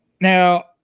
now